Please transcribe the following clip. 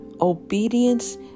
obedience